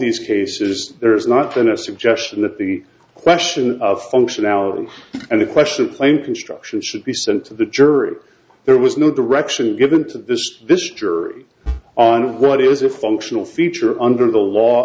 these cases there is not been a suggestion that the question of functionality and the question plain construction should be sent to the jury there was no direction given to this this jury on what is a functional feature under the law